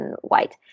white